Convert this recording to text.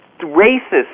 racist